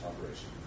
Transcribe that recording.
operation